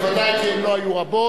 בוודאי, כי הן לא היו רבות.